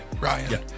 Ryan